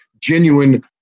genuine